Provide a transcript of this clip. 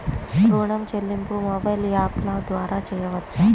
ఋణం చెల్లింపు మొబైల్ యాప్ల ద్వార చేయవచ్చా?